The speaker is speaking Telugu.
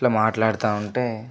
ఇట్లా మాట్లాడుతూ ఉంటే